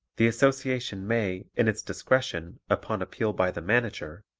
the association may, in its discretion, upon appeal by the manager,